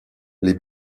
les